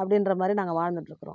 அப்படின்ற மாதிரி நாங்கள் வாழ்ந்துட்ருக்கிறோம்